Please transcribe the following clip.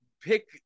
pick